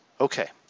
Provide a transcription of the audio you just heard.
okay